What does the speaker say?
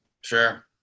Sure